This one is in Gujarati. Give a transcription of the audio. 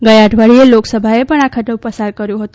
ગયા અઠવાડિયે લોકસભાએ પણ આ ખરડો પસાર કર્યો હતો